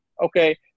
Okay